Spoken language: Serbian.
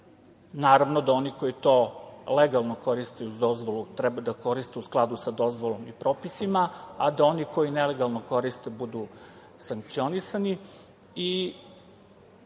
Naravno da oni koji to legalno koriste uz dozvolu, treba da koriste u skladu sa dozvolom i propisima, a da oni koji nelegalno koriste budu sankcionisani. Dobro